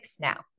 now